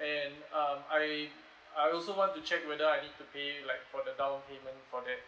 and um I I also want to check whether I need to pay like for the down payment for that